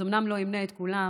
אז אומנם לא אמנה את כולם,